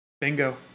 Bingo